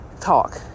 talk